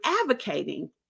advocating